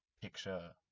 picture